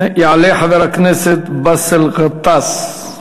יעלה חבר הכנסת באסל גטאס,